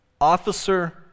officer